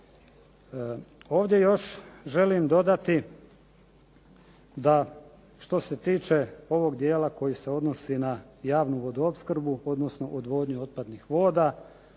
Ovdje još želim dodati da što se tiče ovog dijela koji se odnosi na javnu vodoopskrbu, odnosno odvodnju otpadnih voda.